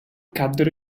caddero